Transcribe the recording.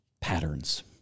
patterns